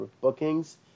bookings